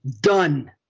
done